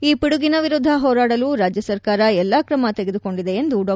ಈ ಪಿಡುಗಿನ ವಿರುದ್ದ ಹೋರಾಡಲು ರಾಜ್ಯ ಸರ್ಕಾರ ಎಲ್ಲಾ ಕ್ರಮ ತೆಗೆದುಕೊಂಡಿದೆ ಎಂದು ಡಾ